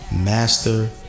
master